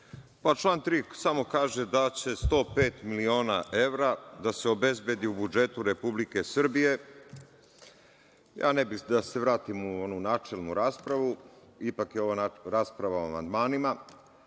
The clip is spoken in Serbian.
Član 3. samo kaže da će 105 miliona evra da se obezbedi u budžetu Republike Srbije. Ja ne bih da se vratim u onu načelnu raspravu, ipak je ovo rasprava o amandmanima,